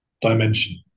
dimension